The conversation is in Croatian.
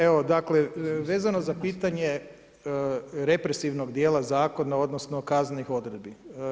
Evo, dakle vezano za pitanje represivnog dijela zakona odnosno kaznenih odredbi.